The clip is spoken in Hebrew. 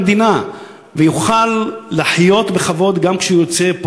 המדינה ויוכל לחיות בכבוד גם כשהוא יוצא,